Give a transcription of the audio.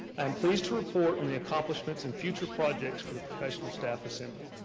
i am pleased to report on the accomplishments and future projects for the professional staff assembly.